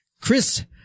Chris